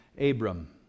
Abram